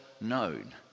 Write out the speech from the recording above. known